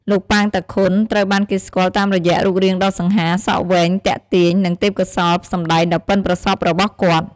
លោក ប៉ាង តាខុន ត្រូវបានគេស្គាល់តាមរយៈរូបរាងដ៏សង្ហា សក់វែង ទាក់ទាញ និងទេពកោសល្យសម្ដែងដ៏ប៉ិនប្រសប់របស់គាត់ ។